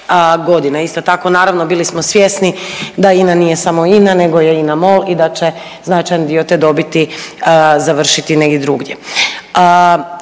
godine. Isto tako naravno bili smo svjesni da INA nije samo INA, nego je INA MOL i da će značajan dio te dobiti završiti negdje drugdje.